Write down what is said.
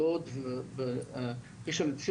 לוד וראשל"צ,